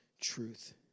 truth